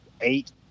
eight